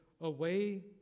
Away